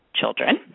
children